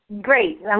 Great